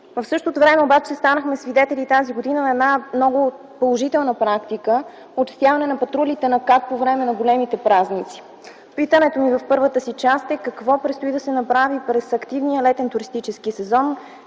В същото време обаче тази година станахме свидетели на една много положителна практика – увеличаване броя на патрулите на КАТ по време на големите празници. Питането ми в първата си част е: какво предстои да се направи през активния летен туристически сезон,